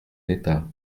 état